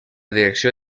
direcció